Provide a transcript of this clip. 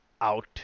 out